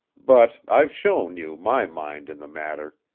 but i've shown you my mind in the matter.